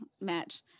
match